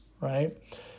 right